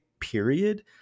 period